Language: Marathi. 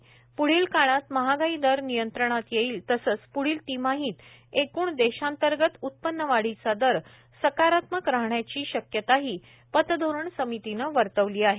प्ढील काळात महागाई दर नियंत्रणात येईल तसंच पुढील तिमाहित एकूण देशांतर्गत उत्पन्न वाढीचा दर सकारात्मक राहण्याची अशी शक्यताही पतधोरण समितीनं वर्तवली आहे